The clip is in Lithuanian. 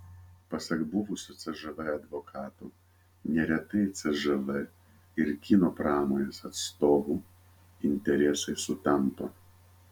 pasak buvusio cžv advokato neretai cžv ir kino pramonės atstovų interesai sutampa